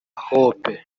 hope